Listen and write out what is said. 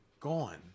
gone